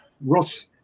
Ross